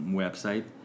website